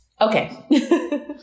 okay